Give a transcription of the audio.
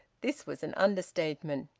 this was an understatement.